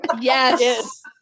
Yes